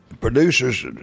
producers